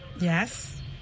Yes